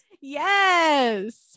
Yes